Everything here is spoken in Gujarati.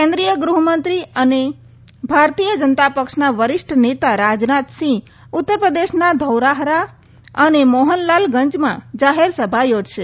કેન્દ્રીય ગ્રહમંત્રી અને ભારતીય જનતા પક્ષના વરિષ્ઠ નેતા રાજનાથસિંહ ઉત્તર પ્રદેશના ધૌરાહરા અને મોહનલાલ ગંજમાં જાહેરસભા યોજશે